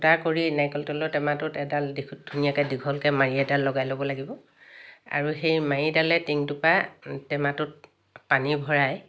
ফুটা কৰি নাৰিকল তেলৰ টেমাটোত এডাল ধ ধুনীয়াকৈ দীঘলকৈ মাৰি এডাল লগাই ল'ব লাগিব আৰু সেই মাৰিডালে টিঙটোৰ পৰা টেমাটোত পানী ভৰাই